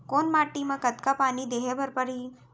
कोन माटी म कतका पानी देहे बर परहि?